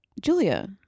Julia